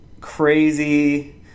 crazy